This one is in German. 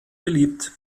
beliebt